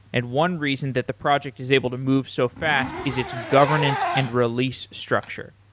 and one reason that the project is able to move so fast is its governance and release structure.